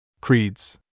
Creed's